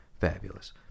fabulous